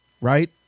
right